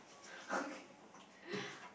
okay